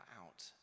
out